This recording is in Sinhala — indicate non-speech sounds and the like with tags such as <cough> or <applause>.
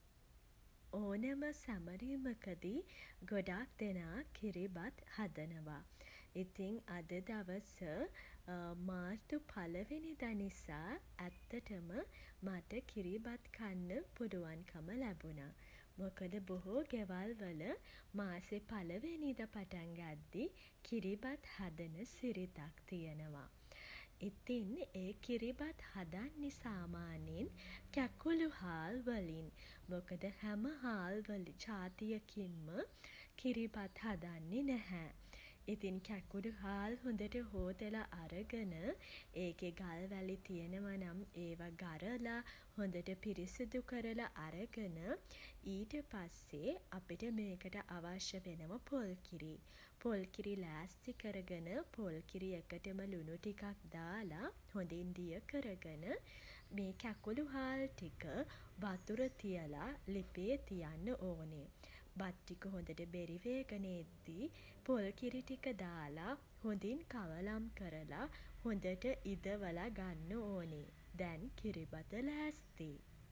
<hesitation> ඕනම සැමරීමකදී ගොඩක් දෙනා කිරිබත් හදනවා. ඉතින් අද දවස <hesitation> මාර්තු පළවෙනිදා නිසා <hesitation> මට කිරිබත් කන්න පුළුවන්කම ලැබුණා. මොකද බොහෝ ගෙවල් වල <hesitation> මාර්තු මාසේ පළවෙනිදා පටන් ගද්දී <hesitation> කිරිබත් හදන සිරිතක් තියෙනවා. ඉතින් <hesitation> ඒ කිරිබත් හදන්නෙ සාමාන්‍යයෙන් කැකුළු හාල් වලින්. මොකද හැම හාල්වල <hesitation> ජාතියකින්ම <hesitation> කිරිබත් හදන්නේ නැහැ. ඉතින් කැකුළු හාල් හොඳට හෝදලා අරගෙන <hesitation> ඒකෙ ගල් වැලි තියෙනවනම් ඒවා ගරලා <hesitation> හොඳට පිරිසිදු කරලා අරගෙන <hesitation> ඊට පස්සේ <hesitation> අපිට මේකට අවශ්‍ය වෙනවා පොල්කිරි. පොල්කිරි ලෑස්ති කරගෙන <hesitation> පොල්කිරි එකටම ලුණු ටිකක් දාලා <hesitation> හොඳින් දිය කරගෙන <hesitation> මේ කැකුළු හාල් ටික <hesitation> වතුර තියලා <hesitation> ලිපේ තියන්න ඕනේ. බත් ටික හොඳට බෙරි වේගෙන එද්දී <hesitation> පොල් කිරි ටික දාලා <hesitation> හොඳින් කවලම් කරලා <hesitation> හොඳට ඉදවලා ගන්න ඕනි. දැන් කිරිබත ලෑස්තියි.